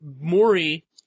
Maury